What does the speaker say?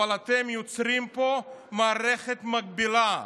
אבל אתם יוצרים פה מערכת מקבילה.